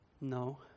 No